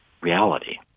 reality